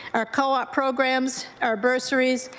our co-op programs, our bursaries,